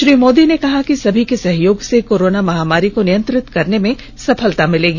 श्री मोदी ने कहा कि सभी के सहयोग से कोरोना महामारी को नियंत्रित करने में सफलता मिलेगी